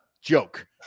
joke